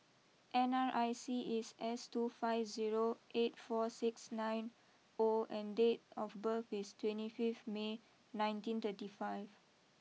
N R I C is S two five zero eight four six nine O and date of birth is twenty five May nineteen thirty five